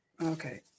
Okay